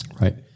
Right